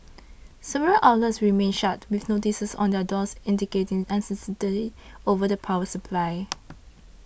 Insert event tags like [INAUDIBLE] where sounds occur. several outlets remained shut with notices on their doors indicating uncertainty over the power supply [NOISE]